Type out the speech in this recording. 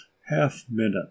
half-minute